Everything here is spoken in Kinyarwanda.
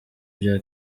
bya